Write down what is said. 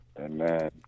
amen